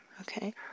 Okay